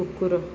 କୁକୁର